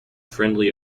friendly